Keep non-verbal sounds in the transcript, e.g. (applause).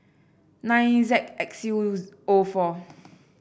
nine Z X U O four (noise)